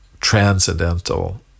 transcendental